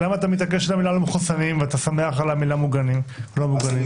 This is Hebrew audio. במקום מוגנים?